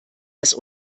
das